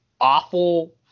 awful